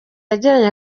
yagiranye